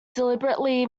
deliberately